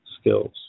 skills